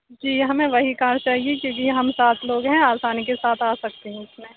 جی ہمیں وہی کار چاہیے کیونکہ ہم سات لوگ ہیں آسانی کے ساتھ آسکتے ہیں اُس میں